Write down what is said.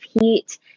heat